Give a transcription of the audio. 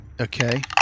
Okay